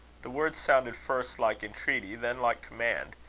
the words sounded first like entreaty, then like command,